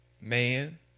Man